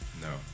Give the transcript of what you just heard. No